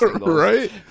right